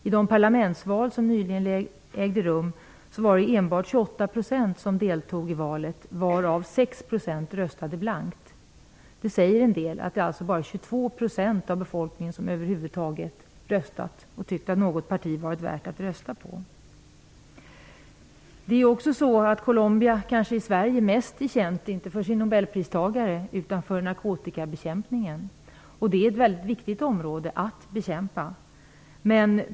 I de parlamentsval som nyligen ägde rum deltog enbart 28 %, varav 6 % röstade blankt. Det säger en del att bara 22 % av befolkningen över huvud taget röstat, och tyckt att något parti varit värt att rösta på. Colombia är i Sverige kanske mest känt inte för sin nobelpristagare utan för narkotikabekämpningen. Det är ett mycket viktigt område.